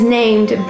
named